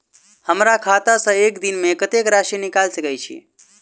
हमरा खाता सऽ एक दिन मे कतेक राशि निकाइल सकै छी